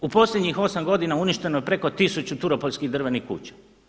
U posljednjih 8 godina uništeno je preko tisuću turopoljskih drvenih kuća.